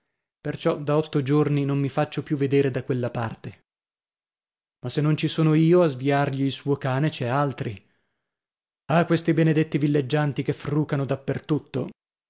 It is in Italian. perciò da otto giorni non mi faccio più vedere da quella parte ma se non ci sono io a sviargli il suo cane c'è altri ah questi benedetti villeggianti che frucano